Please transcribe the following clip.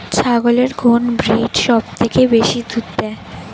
ছাগলের কোন ব্রিড সবথেকে বেশি দুধ দেয়?